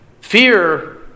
Fear